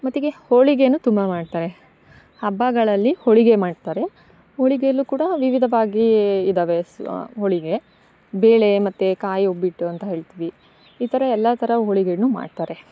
ಮತ್ತಿಗೆ ಹೋಳಿಗೆಯನ್ನು ತುಂಬ ಮಾಡ್ತಾರೆ ಹಬ್ಬಗಳಲ್ಲಿ ಹೋಳಿಗೆ ಮಾಡ್ತಾರೆ ಹೋಳಿಗೆಯಲ್ಲು ಕೂಡ ವಿವಿಧ ವಾಗೀ ಇದಾವೆ ಸ್ ಹೋಳಿಗೆ ಬೇಳೆ ಮತ್ತು ಕಾಯಿ ಒಬ್ಬಟ್ಟು ಅಂತ ಹೇಳ್ತಿವಿ ಈ ಥರ ಎಲ್ಲ ಥರ ಹೋಳಿಗೆ ಮಾಡ್ತಾರೆ